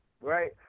right